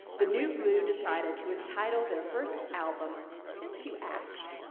the new blue decided to entitle their first album since you asked.